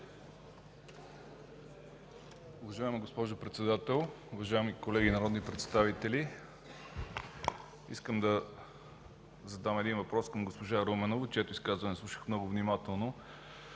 Уважаема госпожо председател, уважаеми колеги народни представители, искам да задам един въпрос към госпожа Руменова, чието изказване слушах много внимателно.